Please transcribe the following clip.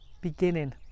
beginning